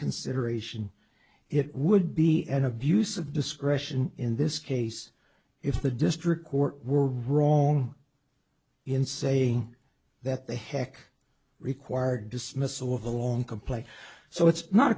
reconsideration it would be an abuse of discretion in this case if the district court were wrong in saying that the heck require dismissal of a long complaint so it's not